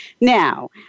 Now